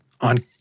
on